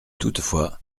toutefois